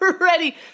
Ready